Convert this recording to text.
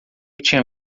tinha